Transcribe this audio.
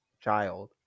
child